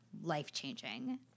life-changing